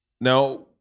now